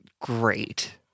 great